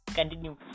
Continue